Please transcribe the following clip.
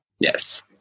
Yes